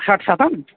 षट् शतम्